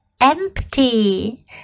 empty